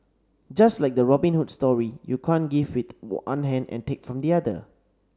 just like the Robin Hood story you can't give with one hand and take from the other